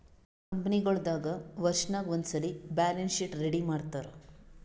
ಕಂಪನಿಗೊಳ್ ದಾಗ್ ವರ್ಷನಾಗ್ ಒಂದ್ಸಲ್ಲಿ ಬ್ಯಾಲೆನ್ಸ್ ಶೀಟ್ ರೆಡಿ ಮಾಡ್ತಾರ್